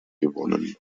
gewonnen